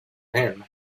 him